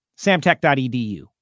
Samtech.edu